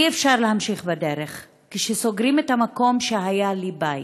אי-אפשר להמשיך בדרך כשסוגרים את המקום שהיה לי בית,